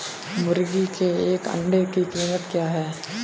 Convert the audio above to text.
मुर्गी के एक अंडे की कीमत क्या है?